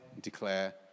declare